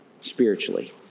spiritually